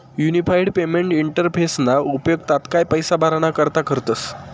unified payment इंटरफेसना उपेग तात्काय पैसा भराणा करता करतस